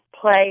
play